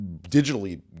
digitally